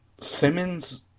Simmons